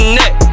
neck